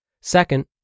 Second